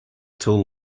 till